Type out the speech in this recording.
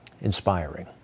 inspiring